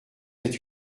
êtes